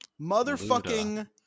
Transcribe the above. Motherfucking